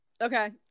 Okay